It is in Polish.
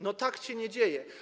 No tak się nie dzieje.